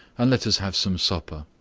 and let us have some supper.